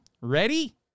ready